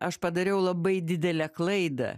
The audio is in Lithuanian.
aš padariau labai didelę klaidą